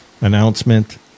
announcement